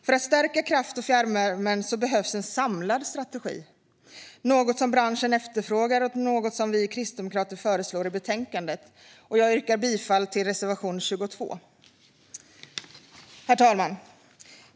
För att stärka kraft och fjärrvärmen behövs en samlad strategi, något som branschen efterfrågar och som vi kristdemokrater föreslår i betänkandet. Jag yrkar bifall till reservation 22. Herr talman!